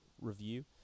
review